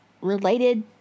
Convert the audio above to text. related